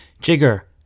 Jigger